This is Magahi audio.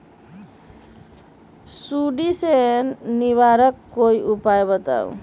सुडी से निवारक कोई उपाय बताऊँ?